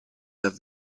have